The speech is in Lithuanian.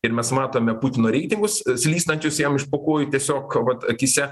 ir mes matome putino reitingus slystančius jam iš po kojų tiesiog vat akyse